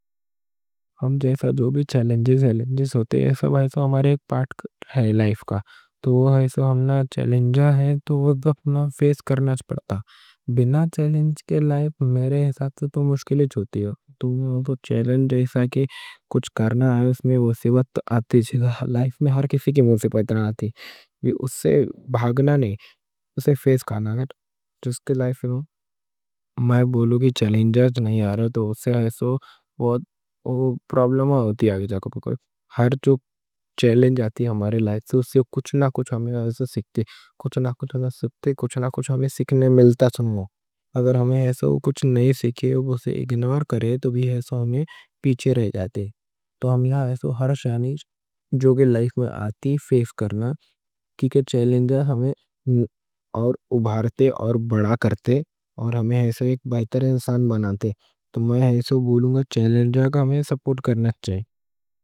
ہم جیسے جو بھی چیلنجز ہوتے، یہ سب ہمارے لائف کا ایک پارٹ ہے۔ تو ہمنا چیلنجز رہتے، تو ان کو فیس کرنا پڑتا۔ bِنا چیلنج کے لائف میرے حساب سے تو مشکلیں ہوتی ہیں۔ bِنا چیلنج کے لائف میرے حساب سے تو مشکلیں ہوتی ہیں۔ bِنا چیلنج کے لائف میرے حساب سے تو مشکلیں ہوتی ہیں۔ چیلنج جیسا کہ کچھ کرنا آئے، اس میں سیکھ آتی ہے۔ لائف میں ہر کسی کی بہتریاں آتی ہیں۔ اس سے بھاگنا نہیں، اسے فیس کرنا۔ جس کی لائف میں بولے تو چیلنجز نہیں آ رہے، تو اسے بہت پرابلم ہوتی۔ جو چیلنج آتی ہماری لائف میں، اس سے کچھ نہ کچھ ہم سیکھتے۔ کچھ نہ کچھ ہمیں سیکھنے ملتا۔ اگر ہم اس سے کچھ نہیں سیکھے اور اسے اگنور کرے، تو ہم پیچھے رہ جاتے۔ ہر چیلنج آتی ہماری لائف میں، اس سے کچھ نہ کچھ ہمیں سیکھنے ملتا۔ تو میں ایسا بولوں گا، چیلنجز کوں سپورٹ کرنا چاہے۔